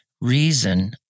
reason